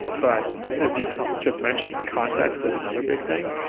and but as you just mentioned, context is another big thing,